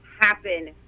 happen